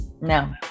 No